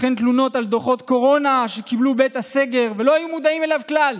וכן תלונות על דוחות קורונה שקיבלו בעת הסגר ולא היו מודעים אליו כלל.